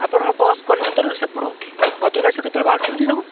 ଆପଣଙ୍କ ବସ୍ କଲିକତାରୁ ସେପଟକୁ ଭଦ୍ରକ ଆସିବାକୁ କେତେବେଳେ ବାହାରୁଛନ୍ତି ସବୁ